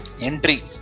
entry